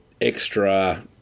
extra